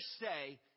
say